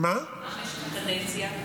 מה משך הקדנציה?